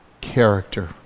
character